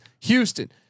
Houston